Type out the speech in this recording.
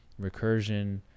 recursion